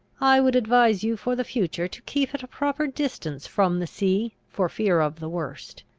i would advise you, for the future, to keep at a proper distance from the sea, for fear of the worst.